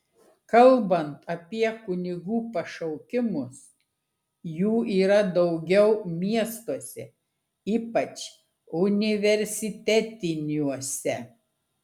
kalbant apie kunigų pašaukimus jų yra daugiau miestuose ypač universitetiniuose